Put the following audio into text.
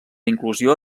inclusió